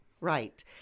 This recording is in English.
right